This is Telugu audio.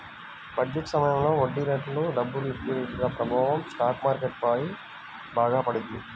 బడ్జెట్ సమయంలో వడ్డీరేట్లు, డబ్బు లిక్విడిటీల ప్రభావం స్టాక్ మార్కెట్ పై బాగా పడింది